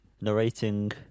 narrating